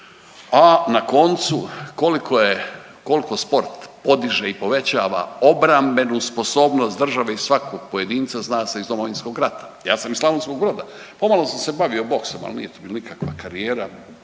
koliko je, kolko sport podiže i povećava obrambenu sposobnost države i svakog pojedinca zna se iz Domovinskog rata. Ja sam iz Slavonskog Broda, pomalo sam se bavio boksom, al nije to bila nikakva karijera, blizak